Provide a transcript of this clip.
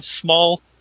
small